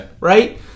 right